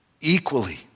Equally